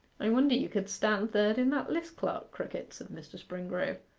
i wonder you could stand third in that list, clerk crickett said mr. springrove.